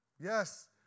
Yes